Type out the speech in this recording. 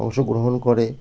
অংশগ্রহণ করে